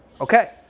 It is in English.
Okay